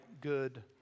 good